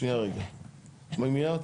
מי את?